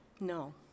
No